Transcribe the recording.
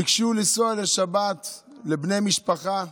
ביקשו לנסוע לשבת לבני משפחה,